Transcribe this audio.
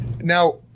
Now